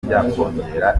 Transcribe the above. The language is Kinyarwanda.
byakongera